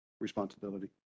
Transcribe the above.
responsibility